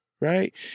right